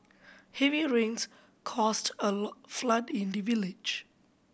heavy rains caused a flood in the village